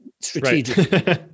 strategically